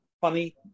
funny